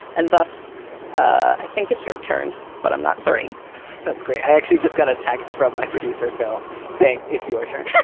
and thus i think it's your turn. but i'm not sorry that's great. i actually just got a text from my producer phil saying it's your turn.